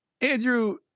Andrew